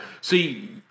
See